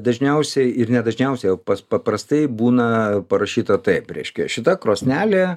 dažniausiai ir ne dažniausiai o pas paprastai būna parašyta taip reiškia šita krosnelė